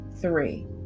three